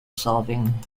solving